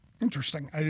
Interesting